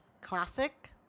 classic